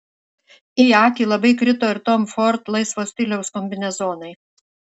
į akį labai krito ir tom ford laisvo stiliaus kombinezonai